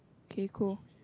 K cool